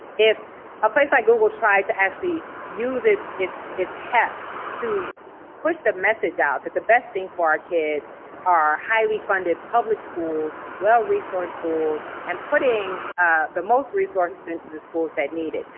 if a place like google tried to actually use its its heft to push the message out that the best thing for our kids are highly funded public schools, well-resourced schools, and putting the most resources into the schools that need it.